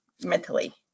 mentally